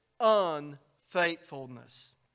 unfaithfulness